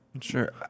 Sure